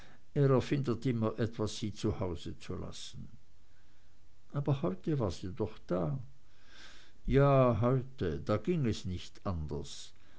etwas sie zu hause zu lassen aber heute war sie doch da ja heute da ging es nicht anders